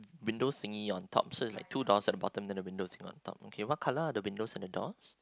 window thingy on top so is like two doors at the bottom there the window thingy on top okay so what colour are the windows and the doors